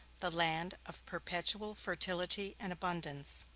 the land of perpetual fertility and abundance.